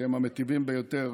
שהם המיטיבים ביותר